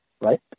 right